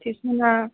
टिउसना